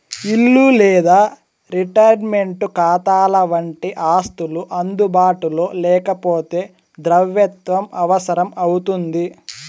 ఇల్లు లేదా రిటైర్మంటు కాతాలవంటి ఆస్తులు అందుబాటులో లేకపోతే ద్రవ్యత్వం అవసరం అవుతుంది